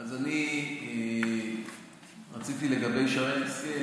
אז אני רציתי לגבי שרן השכל,